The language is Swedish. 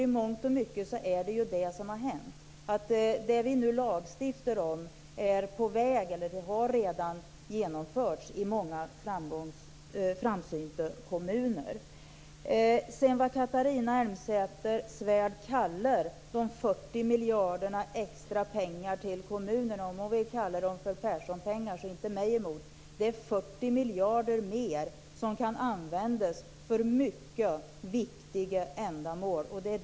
I mångt och mycket är det så att det som vi lagstiftar om är på väg att genomföras eller redan har genomförts i många framsynta kommuner. miljarderna extra till kommunerna för Perssonpengarna, så inte mig emot. Det är 40 miljarder mer som kan användas för mycket viktiga ändamål.